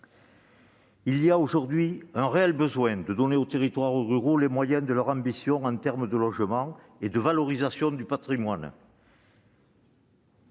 Il est aujourd'hui nécessaire de donner aux territoires ruraux les moyens de leurs ambitions en matière de logement et de valorisation du patrimoine,